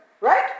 Right